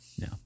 No